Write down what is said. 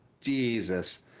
Jesus